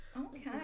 okay